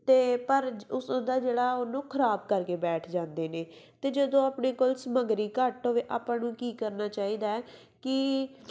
ਅਤੇ ਪਰ ਉਸਦਾ ਜਿਹੜਾ ਉਹਨੂੰ ਖਰਾਬ ਕਰਕੇ ਬੈਠ ਜਾਂਦੇ ਨੇ ਅਤੇ ਜਦੋਂ ਆਪਣੇ ਕੋਲ ਸਮੱਗਰੀ ਘੱਟ ਹੋਵੇ ਆਪਾਂ ਨੂੰ ਕੀ ਕਰਨਾ ਚਾਹੀਦਾ ਕਿ